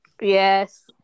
Yes